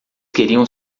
queriam